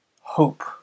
hope